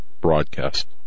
broadcast